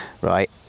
Right